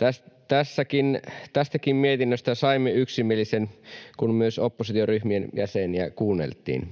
Eerola: Kiitos!] Tästäkin mietinnöstä saimme yksimielisen, kun myös oppositioryhmien jäseniä kuunneltiin.